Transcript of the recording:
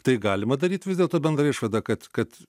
tai galima daryt vis dėlto bendrą išvada kad kad